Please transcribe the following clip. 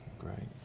great,